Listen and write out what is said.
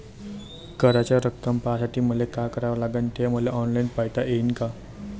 कराच रक्कम पाहासाठी मले का करावं लागन, ते मले ऑनलाईन पायता येईन का?